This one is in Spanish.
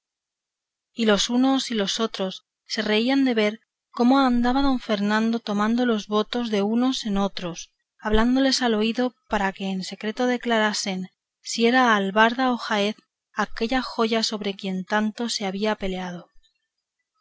y los unos y los otros se reían de ver cómo andaba don fernando tomando los votos de unos en otros hablándolos al oído para que en secreto declarasen si era albarda o jaez aquella joya sobre quien tanto se había peleado